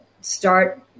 start